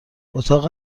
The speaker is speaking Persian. اتاق